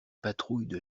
patrouilles